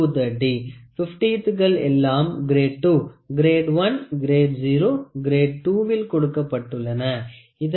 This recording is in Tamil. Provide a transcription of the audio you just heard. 50 துகள் எல்லாம் கிரேட் 2 கிரேட் 1 கிரேட் 0 கிரேட் 2 விள் கொடுக்கப்பட்டுள்ளன